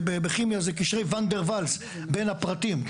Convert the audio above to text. בכימיה זה קשרי ואן דר ואלס בין הפרטים.